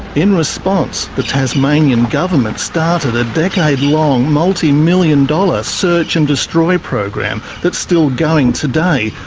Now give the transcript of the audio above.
in response, the tasmanian government started a decade-long multi-million dollar search and destroy program that's still going today,